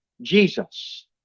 jesus